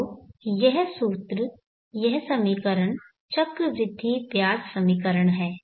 तो यह सूत्र यह समीकरण चक्रवृद्धि ब्याज समीकरण है